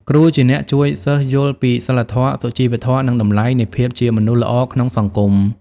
គ្រូជាអ្នកជួយសិស្សយល់ពីសីលធម៌ សុជីវធម៌ និងតម្លៃនៃភាពជាមនុស្សល្អក្នុងសង្គម។